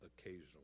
occasionally